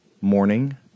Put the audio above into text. morning